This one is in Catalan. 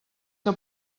que